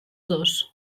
dos